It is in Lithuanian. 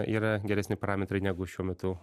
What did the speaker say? yra geresni parametrai negu šiuo metu